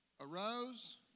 arose